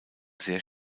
sehr